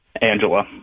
angela